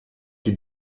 die